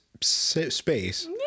space